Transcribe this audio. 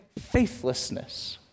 faithlessness